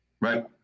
Right